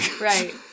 Right